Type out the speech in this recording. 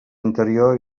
interior